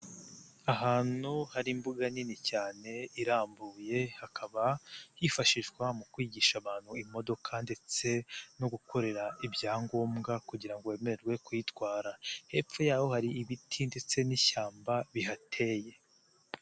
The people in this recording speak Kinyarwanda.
Ahantu hari imbuga nini cyane irambuye, hakaba hifashishwa mu kwigisha abantu imodoka ndetse no gukorera ibyangombwa kugira ngo bemererwe kuyitwara, hepfo y'aho hari ibiti ndetse n'ishyamba bihateye.